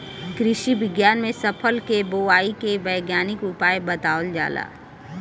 कृषि विज्ञान में फसल के बोआई के वैज्ञानिक उपाय बतावल जाला